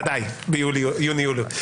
וודאי ביוני יולי.